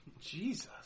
Jesus